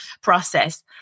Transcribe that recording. process